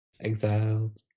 exiled